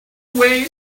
runway